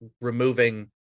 removing